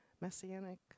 Messianic